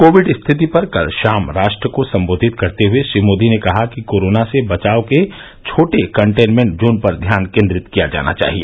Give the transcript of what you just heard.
Covid स्थिति पर कल शाम राष्ट्र को सम्बोधित करते हुए श्री मोदी ने कहा कि कोरोना से बचाव के छोटे कन्टेनमेन्ट जोन पर ध्यान केन्द्रित किया जाना चाहिए